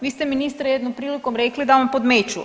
Vi ste ministre jednom prilikom rekli da vam podmeću.